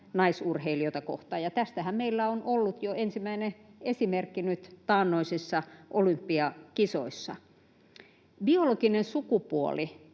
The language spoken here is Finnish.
naisurheilijoita kohtaan — ja tästähän meillä on ollut jo ensimmäinen esimerkki nyt taannoisissa olympiakisoissa. Biologinen sukupuoli